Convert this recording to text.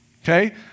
Okay